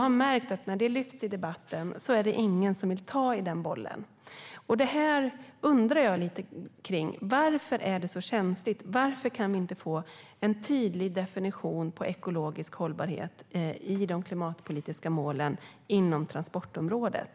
När detta lyfts fram i debatten har jag märkt att ingen vill ta i den bollen. Jag undrar lite kring detta. Varför är det så känsligt? Varför kan vi inte få en tydlig definition av ekologisk hållbarhet i de klimatpolitiska målen inom transportområdet?